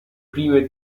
prime